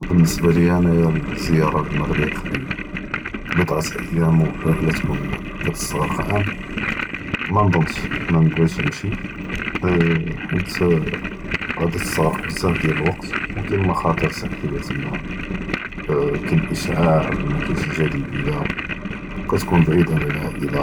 באלניסבה ליאה אנאיה זיארה ללמאריח לי, בדעה ימים ו ריהלה תיכון כתסתעכר עאם, מנדנש מנבגיש נמש’, חית א ראדי תסתעכר בזאף דיאל לוקת, ו כאין מ’ח’אתר סחיה תמא, כאן אשעאע ו מאכאיןש ג’דביה, ו כתכון בעיד עלא אלעאילה